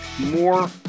more